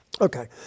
Okay